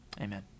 Amen